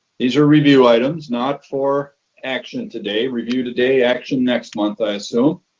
these are review items not for action today, review today, action next month, i assume.